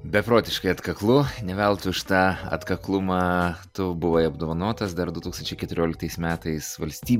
beprotiškai atkaklu ne veltui už tą atkaklumą tu buvai apdovanotas dar du tūkstančiai keturioliktais metais valsty